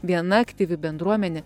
viena aktyvi bendruomenė